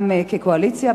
גם כקואליציה,